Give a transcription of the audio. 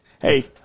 Hey